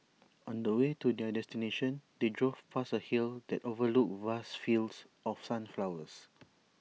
on the way to their destination they drove past A hill that overlooked vast fields of sunflowers